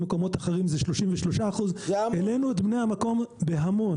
במקומות אחרים זה 33%. העלינו את בני המקום בהמון.